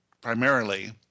primarily